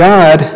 God